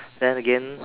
then again